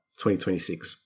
2026